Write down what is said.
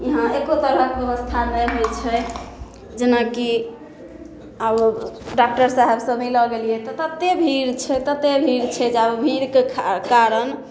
यहाँ एको तरहके ब्यबस्था नहि होइ छै जेनाकि आब डाक्टर साहब सऽ मिलै गेलियै तऽ ततेक भीड़ छै ततेक भीड़ छै जे आब भीड़के कारण